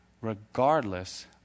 regardless